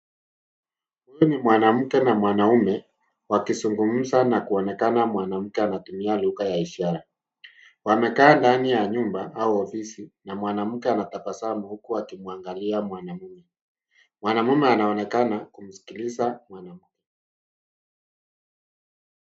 Huyu ni mwanamke na mwanaume wakizugumza na kuonekana mwanamke anatumia lugha ya ishara. Wamekaa ndani ya nyumba au ofisi na mwanamke anatabasamu huku akimwangalia mwanaume. Mwanaume anaonekana kumsikiliza mwanamke.